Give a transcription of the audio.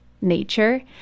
nature